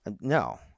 No